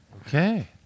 Okay